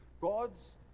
God's